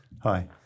Hi